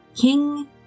King